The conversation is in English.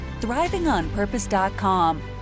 thrivingonpurpose.com